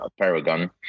Paragon